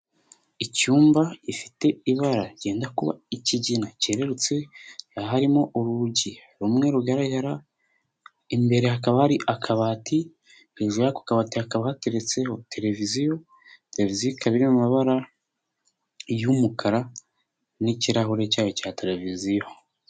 Icyumba gifite ibara ryenda kuba ikigina cyerutse, aharimo urugi rumwe rugaragara, imbere hakaba hari akabati, hejuru y'akabati hakaba hateretseho televiziyo, televiziyo ikaba iri mu mabara y'umukara n'ikirahure cyayo cya televiziyo.